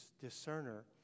discerner